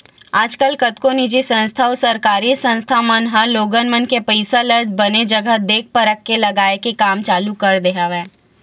आजकल कतको निजी संस्था अउ सरकारी संस्था मन ह लोगन मन के पइसा ल बने जघा देख परख के लगाए के काम चालू कर दे हवय